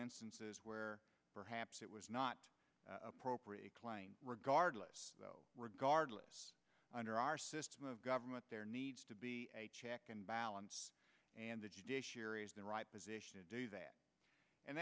instances where perhaps it was not appropriate regardless though regardless under our system of government there needs to be a check and balance and the judiciary is the right position to do that and